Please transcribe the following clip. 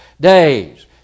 days